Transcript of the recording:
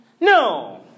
No